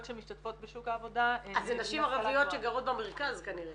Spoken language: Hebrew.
שמשתתפות בשוק העבודה הן -- אז זה נשים ערביות שגרות במרכז כנראה?